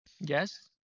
Yes